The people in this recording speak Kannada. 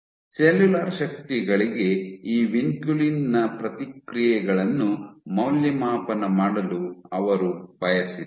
ಸೆಲ್ಯುಲಾರ್ ಶಕ್ತಿಗಳಿಗೆ ಈ ವಿನ್ಕುಲಿನ್ ನ ಪ್ರತಿಕ್ರಿಯೆಗಳನ್ನು ಮೌಲ್ಯಮಾಪನ ಮಾಡಲು ಅವರು ಬಯಸಿದ್ದರು